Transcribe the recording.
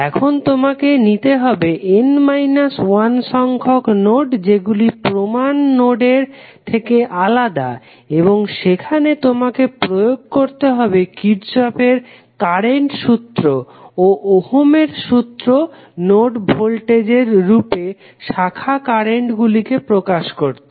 এখন তোমাকে নিতে হবে n - 1 সংখ্যক নোড যেগুলি প্রমান নোডের থেকে আলাদা এবং সেখানে তোমাকে প্রয়োগ করতে হবে কির্শফের কারেন্ট সূত্র ও ওহমের সূত্র Ohms law নোড ভোল্টেজের রূপে শাখা কারেন্টগুলিকে প্রকাশ করতে